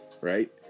right